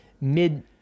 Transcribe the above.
mid